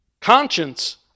Conscience